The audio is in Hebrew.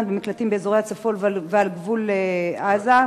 למקלטים באזורי הצפון ועל גבול עזה,